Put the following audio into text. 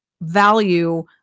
value